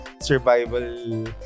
survival